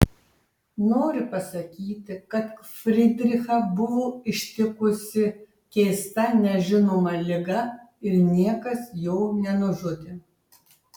nori pasakyti kad frydrichą buvo ištikusi keista nežinoma liga ir niekas jo nenužudė